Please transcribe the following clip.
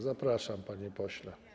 Zapraszam, panie pośle.